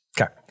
Okay